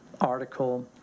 article